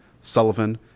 Sullivan